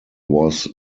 was